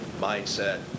mindset